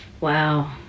Wow